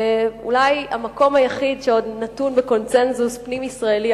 אולי במקום היחיד שעוד נתון בקונסנזוס פנים-ישראלי,